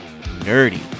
nerdy